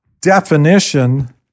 definition